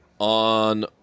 on